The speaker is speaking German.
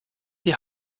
die